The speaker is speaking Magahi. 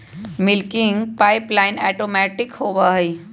मिल्किंग पाइपलाइन ऑटोमैटिक होबा हई